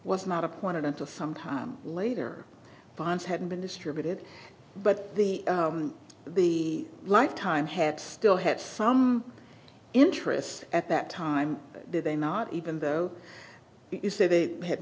was not appointed until some time later bonds had been distributed but the the lifetime had still had some interest at that time did they not even though is that they had